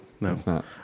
No